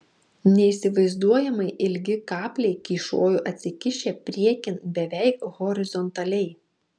neįsivaizduojamai ilgi kapliai kyšojo atsikišę priekin beveik horizontaliai